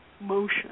motion